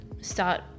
start